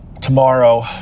tomorrow